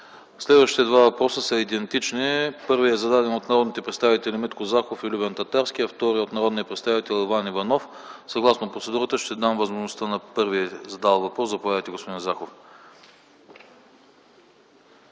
Следващите два въпроса са идентични. Първият въпрос е зададен от народните представители Митко Захов и Любен Татарски, вторият въпрос е от народния представител Иван Иванов. Съгласно процедурата ще дам възможност на първия, задал въпроса. Заповядайте, господин Захов.